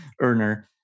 earner